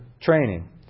training